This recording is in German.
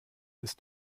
ist